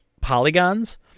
polygons